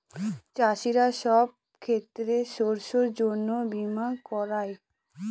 চাষীরা সব ক্ষেতের শস্যের জন্য বীমা করায়